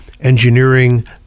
engineering